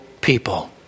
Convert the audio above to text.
people